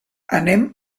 anem